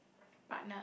partner